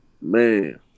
man